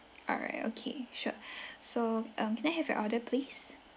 alright okay sure so um can I have your order please